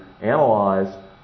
analyze